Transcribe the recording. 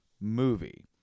movie